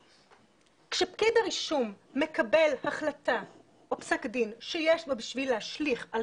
כשפקיד הרישום מקבל החלטה או פסק דין שיש בו בשביל להשליך על